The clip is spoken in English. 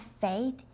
faith